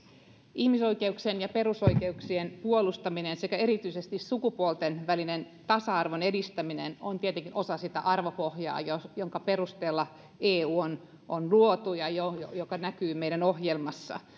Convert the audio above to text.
ihmisoikeuksien ja perusoikeuksien puolustaminen sekä erityisesti sukupuolten välisen tasa arvon edistäminen on tietenkin osa sitä arvopohjaa jonka perusteella eu on on luotu ja joka näkyy meidän ohjelmassa